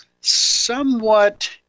somewhat